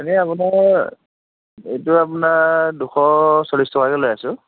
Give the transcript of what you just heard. এনেই আপোনাৰ এতিয়া আপোনাৰ দুশ চল্লিছ টকাকৈ লৈ আছোঁ